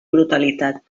brutalitat